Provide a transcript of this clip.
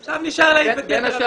עכשיו נשאר --- למשל,